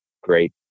great